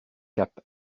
cape